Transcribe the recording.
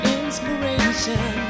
inspiration